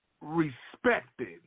respected